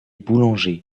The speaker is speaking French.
boulanger